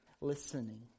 listening